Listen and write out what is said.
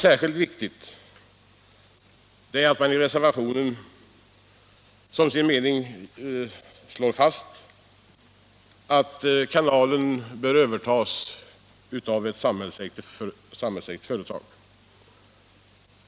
Särskilt viktigt är att reservanterna som sin mening slår fast att kanalen bör övertagas av ett samhällsägt företag.